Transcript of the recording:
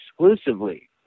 exclusively